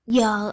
Giờ